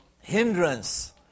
hindrance